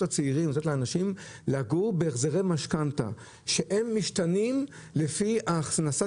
צעירים לגור בהחזרי משכנתא שמשתנים לפי ההכנסה